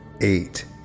eight